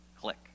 Click